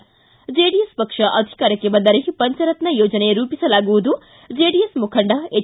ಿ ಜೆಡಿಎಸ್ ಪಕ್ಷ ಅಧಿಕಾರಕ್ಷೆ ಬಂದರೆ ಪಂಚರತ್ನ ಯೋಜನೆ ರೂಪಿಸಲಾಗುವುದು ಜೆಡಿಎಸ್ ಮುಖಂಡ ಹೆಚ್